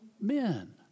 men